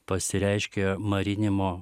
pasireiškia marinimo